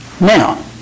Now